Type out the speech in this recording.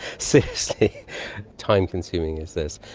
seriously time-consuming is this,